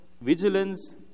vigilance